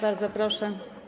Bardzo proszę.